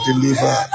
deliver